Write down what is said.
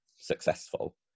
successful